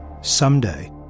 Someday